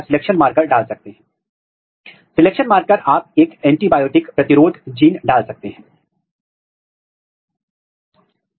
मुद्दा यह है कि चूंकि आप एक फ्यूजन संलयन प्रोटीन बना रहे हैं इसलिए संभावना है कि यह फ्यूजन आपके प्रोटीन को निष्क्रिय कर सकता है